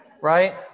right